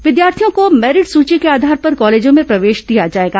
विद्यार्थियों को मेरिट सूची के आधार पर कॉलेजों में प्रवेश दिया जाएगा